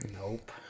nope